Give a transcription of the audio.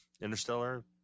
Interstellar